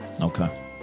okay